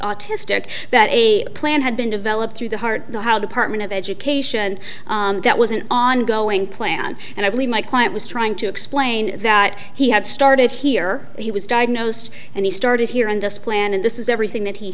autistic that a plan had been developed through the heart the how department of education that was an ongoing plan and i believe my client was trying to explain that he had started here he was diagnosed and he started hearing this plan and this is everything that he